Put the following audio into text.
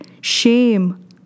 shame